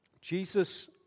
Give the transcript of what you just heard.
Jesus